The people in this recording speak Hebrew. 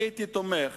הייתי תומך